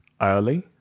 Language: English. early